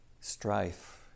strife